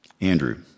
Andrew